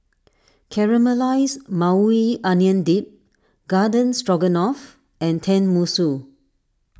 Caramelized Maui Onion Dip Garden Stroganoff and Tenmusu